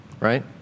Right